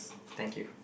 thank you